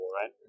right